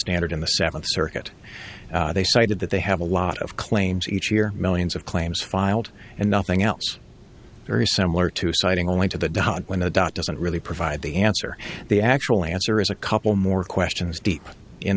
standard in the seventh circuit they cited that they have a lot of claims each year millions of claims filed and nothing else very similar to citing only to the da when the doc doesn't really provide the answer the actual answer is a couple more questions